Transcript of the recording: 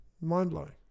Mind-blowing